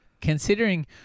Considering